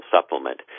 supplement